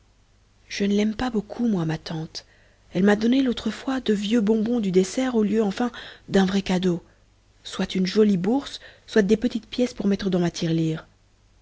je ne l'aime pas beaucoup moi ma tante elle m'a donné l'autre fois de vieux bonbons du dessert au lieu enfin d'un vrai cadeau soit une jolie bourse soit des petites pièces pour mettre dans ma tirelire